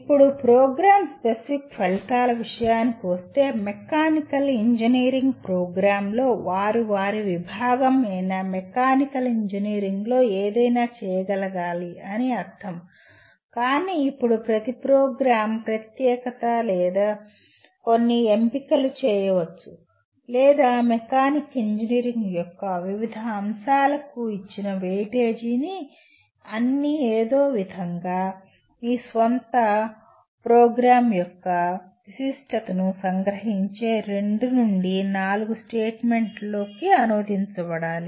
ఇప్పుడు programme specific ఫలితాల విషయానికి వస్తే మెకానికల్ ఇంజనీరింగ్ ప్రోగ్రామ్ లో వారు వారి విభాగం అయిన మెకానికల్ ఇంజనీరింగ్లో ఏదైనా చేయగలగాలి అని అర్ధం కాని అప్పుడు ప్రతి ప్రోగ్రామ్ ప్రత్యేకత లేదా కొన్ని ఎంపికలు చేయవచ్చు లేదా మెకానికల్ ఇంజనీరింగ్ యొక్క వివిధ అంశాలకు ఇచ్చిన వెయిటేజీ అన్నీ ఏదో ఒక విధంగా మీ స్వంత ప్రోగ్రామ్ యొక్క విశిష్టతను సంగ్రహించే రెండు నుండి నాలుగు స్టేట్మెంట్లలోకి అనువదించబడాలి